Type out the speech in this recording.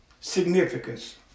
Significance